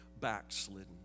backslidden